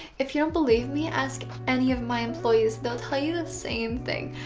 if you don't believe me, ask any of my employees they'll tell you the same thing.